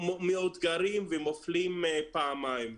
מאותגרים ומופלים פעמיים.